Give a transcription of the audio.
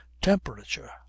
temperature